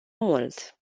mult